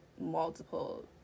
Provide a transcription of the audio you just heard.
multiple